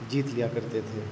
جیت لیا کرتے تھے